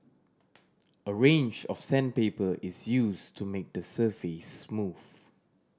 a range of sandpaper is used to make the surface smooth